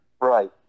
Right